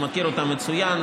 הוא מכיר אותה מצוין.